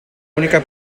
única